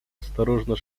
осторожно